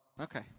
Okay